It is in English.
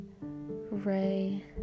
ray